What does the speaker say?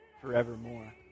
forevermore